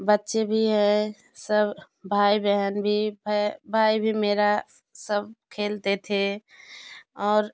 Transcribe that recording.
बच्चे भी है सब भाई बहन भी है भाई भी मेरा सब खेलते थे और